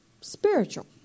spiritual